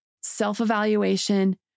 self-evaluation